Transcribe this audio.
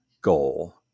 goal